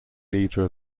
leader